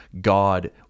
God